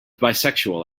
bisexual